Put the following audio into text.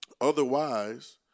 Otherwise